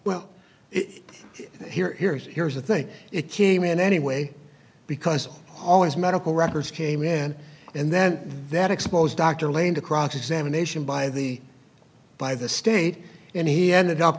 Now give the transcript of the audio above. it here is here's the thing it came in anyway because all his medical records came in and then that exposed dr lane to cross examination by the by the state and he ended up